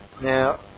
Now